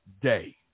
day